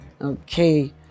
okay